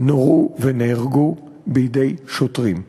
נורו ונהרגו בידי שוטרים.